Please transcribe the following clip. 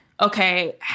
okay